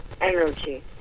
energy